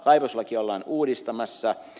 kaivoslakia ollaan uudistamassa